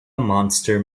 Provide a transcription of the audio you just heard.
monster